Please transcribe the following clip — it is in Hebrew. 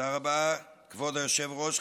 תודה רבה, כבוד היושב-ראש.